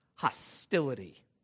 Hostility